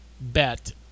bet